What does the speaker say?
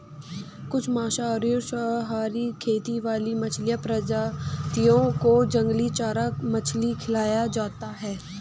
कुछ मांसाहारी और सर्वाहारी खेती वाली मछली प्रजातियों को जंगली चारा मछली खिलाया जाता है